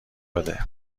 بده